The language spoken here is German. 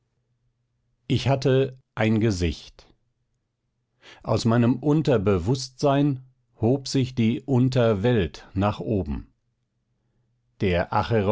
ich hatte ein gesicht aus meinem unter bewußtsein hob sich die unter welt nach oben der